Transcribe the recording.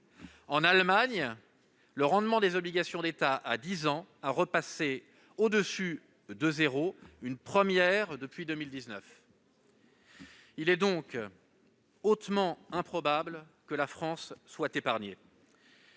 En Allemagne, le rendement des obligations d'État à dix ans est repassé au-dessus de zéro, une première depuis 2019. Il est hautement improbable que la France soit épargnée.